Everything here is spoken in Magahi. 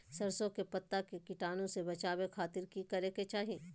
सरसों के पत्ता के कीटाणु से बचावे खातिर की करे के चाही?